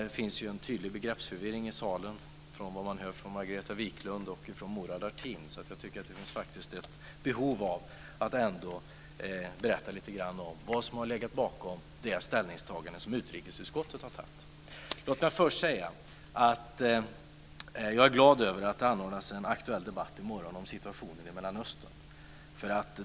Det finns ju en tydlig begreppsförvirring i salen, efter vad man hör från Margareta Viklund och Murad Artin, så jag tycker att det finns ett visst behov av att berätta lite grann om vad som har legat bakom det ställningstagande som utrikesutskottet har gjort. Låt mig först säga att jag är glad över att det anordnas en aktuell debatt i morgon om situationen i Mellanöstern.